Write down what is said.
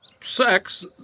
sex